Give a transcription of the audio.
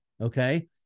Okay